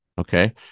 Okay